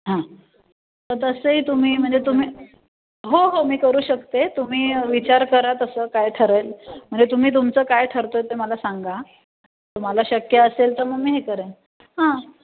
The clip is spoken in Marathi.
हां तं तसंही तुम्ही म्हणजे तुम्ही हो हो मी करू शकते तुम्ही विचार करा कसं काय ठरेल म्हणजे तुम्ही तुमचं काय ठरतं ते मला सांगा तुम्हाला शक्य असेल तर मग मी हे करेन हां